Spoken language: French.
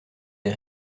des